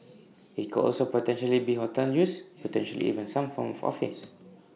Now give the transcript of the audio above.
IT could also potentially be hotel use potentially even some form of office